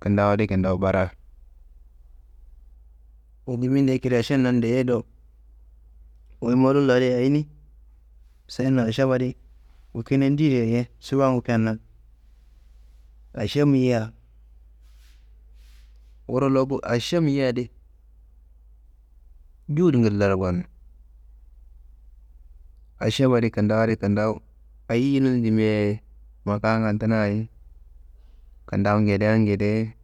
kintawu adi kintawu baraa. Kawutu minde ašen lan nanne dayei do. Wuyi mallum la ayi ni? Senna ašemma adi ku kine ndeyedi yaye šufangu kennayi, ašem yiyia, wuro loku ašem yiyia adi juhut ngillaro gon, ašemma adi kindawi adi kintawu, ayinum dimia makaanga dunnaye kintawu ngedean ngede.